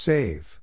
Save